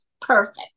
perfect